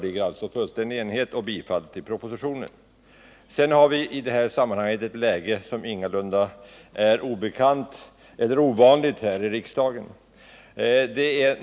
I sammanhanget föreligger ett förhållande som ingalunda är obekant eller ovanligt för kammaren.